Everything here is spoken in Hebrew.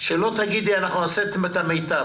כשלא תגידי "אנחנו נעשה את המיטב",